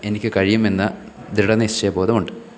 എനിക്ക് കഴിയുമെന്ന ദൃഢ നിശ്ചയബോധവുണ്ട്